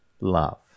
love